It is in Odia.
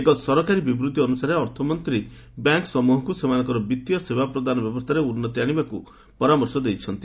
ଏକ ସରକାରୀ ବିବୃତ୍ତି ଅନୁସାରେ ଅର୍ଥମନ୍ତ୍ରୀ ବ୍ୟାଙ୍କ ସମୃହକୁ ସେମାନଙ୍କର ବିଭୀୟ ସେବା ପ୍ରଦାନ ବ୍ୟବସ୍ଥାରେ ଉନ୍ନତି ଆଣିବାକୁ ପରାମର୍ଶ ଦେଇଛନ୍ତି